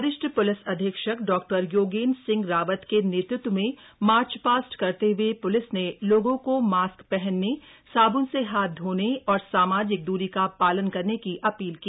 वरिष्ठ प्लिस अधीक्षक डॉक्टर योगेंद्र सिंह रावत के नेतृत्व में मार्च पास्ट करते हुए प्लिस ने लोगों को मास्क पहनने साबुन से हाथ धोने और सामाजिक दूरी का पालन करने की अपील की